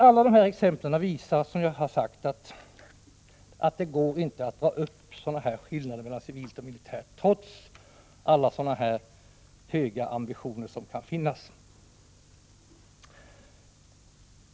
Alla dessa exempel visar att det inte går att dra upp skiljelinjer mellan civilt och militärt, trots alla höga ambitioner som kan finnas.